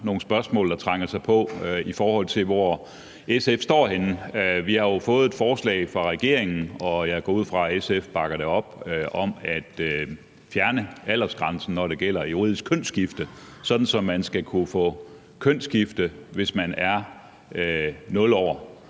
nogle spørgsmål, der trænger sig på, i forhold til hvor SF står henne. Vi har jo fået et forslag fra regeringen, og jeg går ud fra, at SF bakker det op, om at fjerne aldersgrænsen, når det gælder juridisk kønsskifte, sådan at man skal kunne få kønsskifte, når man er 0 år.